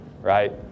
right